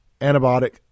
antibiotic